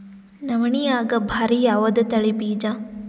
ನವಣಿಯಾಗ ಭಾರಿ ಯಾವದ ತಳಿ ಬೀಜ?